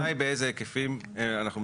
השאלה היא באיזה היקפים אנחנו מדברים,